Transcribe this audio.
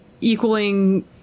equaling